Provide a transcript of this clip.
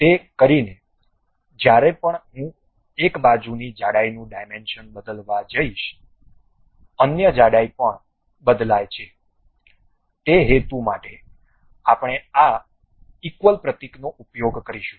તે કરીને જ્યારે પણ હું એક બાજુ ની જાડાઈનું ડાયમેન્શન બદલવા જઈશ અન્ય જાડાઈ પણ બદલાય છે તે હેતુ માટે આપણે આ ઇકવલ પ્રતીકનો ઉપયોગ કરીશું